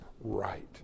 right